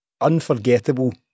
unforgettable